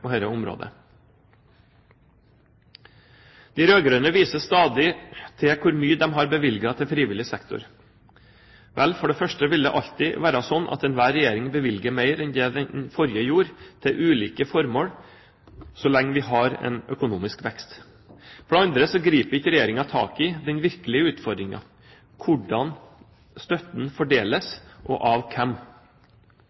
på dette området. De rød-grønne viser stadig til hvor mye de har bevilget til frivillig sektor. Vel, for det første vil det alltid være slik at enhver regjering bevilger mer enn det den forrige gjorde til ulike formål, så lenge vi har en økonomisk vekst. For det andre griper ikke Regjeringen tak i den virkelige utfordringen: hvordan støtten fordeles,